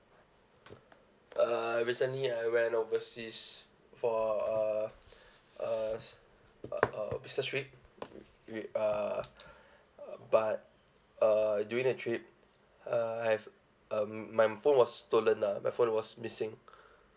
uh I recently I went overseas for uh uh uh a business trip wi~ uh uh but uh during the trip uh I have um my phone was stolen lah my phone was missing